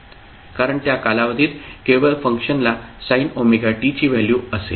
कारण त्या कालावधीत केवळ फंक्शनला sin ωt ची व्हॅल्यू असेल